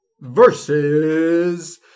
versus